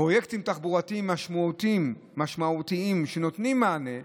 פרויקטים תחבורתיים משמעותיים שנותנים מענה.